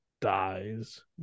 dies